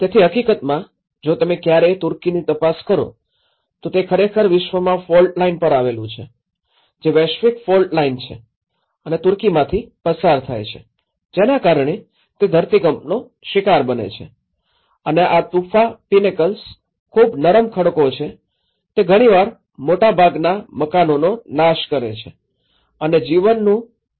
તેથી હકીકતમાં જો તમે ક્યારેય તુર્કીની તપાસ કરો તો તે ખરેખર વિશ્વમાં ફોલ્ટ લાઇન પર આવેલું છે કે જે વૈશ્વિક ફોલ્ટ લાઇન છે અને તુર્કીમાંથી પસાર થાય છે જેના કારણે તે ધરતીકંપનો શિકાર બને છે અને આ તુફા પિનકલ્સ ખૂબ નરમ ખડકો છે તે ઘણીવાર મોટાભાગના મકાનોનો નાશ કરે છે અને જીવનનું પણ ગંભીર નુકસાન કરે છે